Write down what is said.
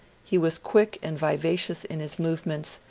he was quick and vivacious in his movements,